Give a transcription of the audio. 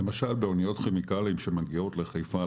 למשל באוניות כימיקלים שמגיעות לחיפה,